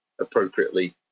appropriately